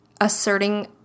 asserting